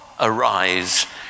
arise